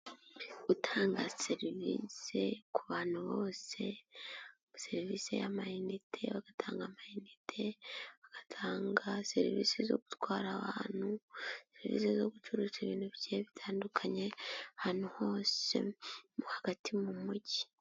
Gutanga serivisi ku bantu bose serivisi y'amayinite, bagatanga amayinite atanga serivisi zo gutwara abantu, serivisi zo gucuruza ibintu bigiye bitandukanye, ahantu hose hagati mu mujyi.